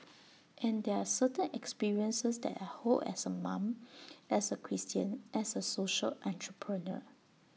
and there are certain experiences that I hold as A mom as A Christian as A social entrepreneur